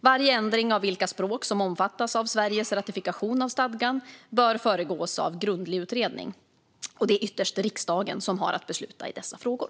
Varje ändring av vilka språk som omfattas av Sveriges ratifikation av stadgan bör föregås av grundlig utredning. Det är ytterst riksdagen som har att besluta i dessa frågor.